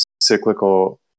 cyclical